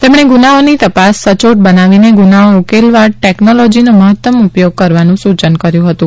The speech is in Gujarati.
તેમણે ગુનાઓની તપાસ સચોટ બનાવીને ગુનાઓ ઉકેલવા ટેકનોલોજીનો મહત્તમ ઉપયોગ કરવાનું સૂચન કર્યું હતું